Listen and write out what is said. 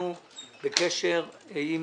החקלאים